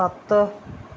सत्त